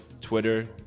Twitter